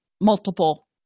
multiple